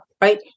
right